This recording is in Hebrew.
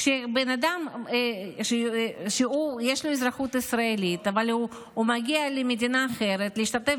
כשבן אדם שיש לו אזרחות ישראלית מגיע למדינה אחרת כדי להשתתף